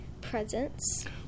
presents